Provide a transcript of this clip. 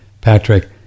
patrick